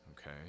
okay